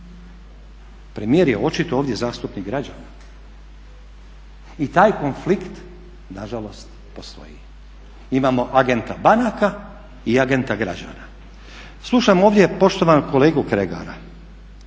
Premijer je očito ovdje zastupnik građana. I taj konflikt nažalost postoji. Imamo agenta banaka i agenta građana. Slušam ovdje poštovanog kolegu Kregara